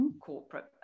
corporate